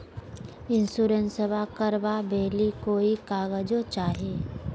इंसोरेंसबा करबा बे ली कोई कागजों चाही?